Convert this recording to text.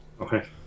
Okay